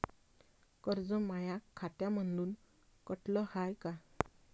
कर्ज माया खात्यामंधून कटलं हाय का?